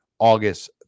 august